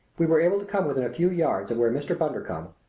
we were able to come within a few yards of where mr. bundercombe,